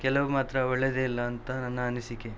ಕೆಲವು ಮಾತ್ರ ಒಳ್ಳೆಯದೇ ಇಲ್ಲ ಅಂತ ನನ್ನ ಅನಿಸಿಕೆ